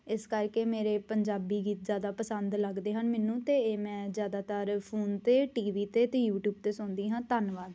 ਇਸ ਕਰਕੇ ਮੇਰੇ ਪੰਜਾਬੀ ਗੀਤ ਜ਼ਿਆਦਾ ਪਸੰਦ ਲੱਗਦੇ ਹਨ ਮੈਨੂੰ ਅਤੇ ਇਹ ਮੈਂ ਜ਼ਿਆਦਾਤਰ ਫੋਨ 'ਤੇ ਟੀ ਵੀ 'ਤੇ ਅਤੇ ਯੂਟਿਊਬ 'ਤੇ ਸੁਣਦੀ ਹਾਂ ਧੰਨਵਾਦ